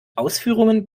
ausführungen